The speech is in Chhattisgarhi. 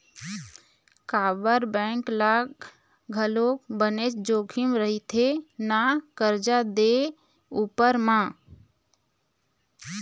काबर बेंक ल घलोक बनेच जोखिम रहिथे ना करजा दे उपर म